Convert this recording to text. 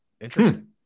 Interesting